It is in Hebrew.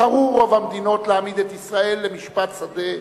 בחרו רוב המדינות להעמיד את ישראל ל"משפט שדה"